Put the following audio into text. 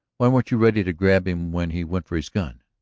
why weren't you ready to grab him when he went for his gun?